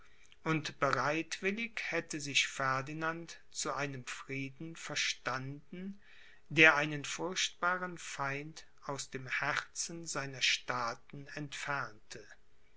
und bereitwillig hätte sich ferdinand zu einem frieden verstanden der einen furchtbaren feind aus dem herzen seiner staaten entfernte